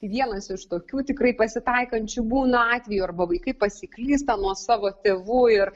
tai vienas iš tokių tikrai pasitaikančių būna atvejų arba vaikai pasiklysta nuo savo tėvų ir